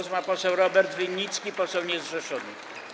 Głos ma poseł Robert Winnicki, poseł niezrzeszony.